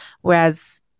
Whereas